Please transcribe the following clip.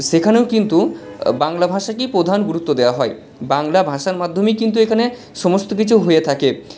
সেখানেও কিন্তু বাংলা ভাষাকেই প্রধান গুরুত্ব দেওয়া হয় বাংলা ভাষার মাধ্যমেই কিন্তু এখানে সমস্ত কিছু হয়ে থাকে